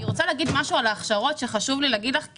אני רוצה לומר משהו על ההכשרות וחשוב לי לומר לך את זה.